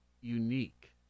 unique